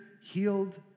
healed